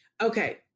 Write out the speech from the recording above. Okay